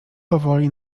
powoli